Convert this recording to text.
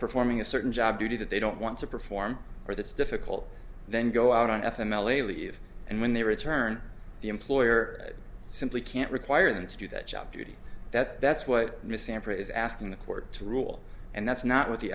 performing a certain job duty that they don't want to perform or that's difficult then go out on f m l a leave and when they return the employer simply can't require them to do that job judy that's that's what misandry is asking the court to rule and that's not what the